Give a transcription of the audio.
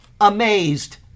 amazed